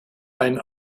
ein